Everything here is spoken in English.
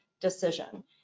decision